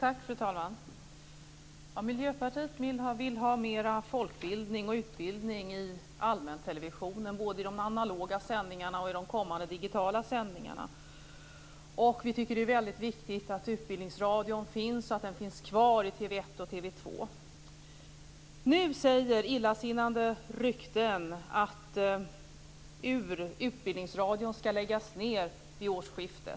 Fru talman! Miljöpartiet vill ha mer folkbildning och utbildning i allmäntelevisionen, både i de analoga sändningarna och i de kommande digitala sändningarna. Vi tycker att det är mycket viktigt att Utbildningsradion finns och att den finns kvar i TV 1 och Nu säger illasinnade rykten att Utbildningsradion skall läggas ned vid årsskiftet.